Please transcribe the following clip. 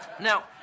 Now